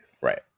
right